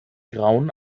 grauen